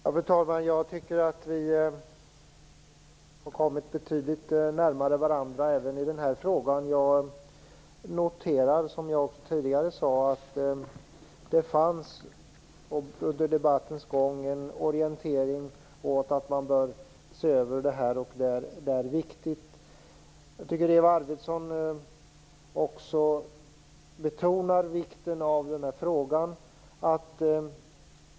Fru talman! Jag tycker att vi har kommit betydligt närmare varandra även i denna fråga. Jag noterar, som jag tidigare sade, att det under debattens gång syntes en orientering åt ståndpunkten att man bör se över frågorna och att de är viktiga. Eva Arvidsson betonar vikten av denna fråga.